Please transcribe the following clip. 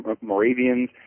Moravians